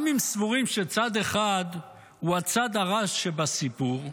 גם אם סבורים שצד אחד הוא הצד הרע שבסיפור,